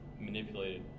manipulated